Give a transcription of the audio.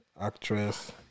actress